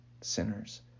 sinners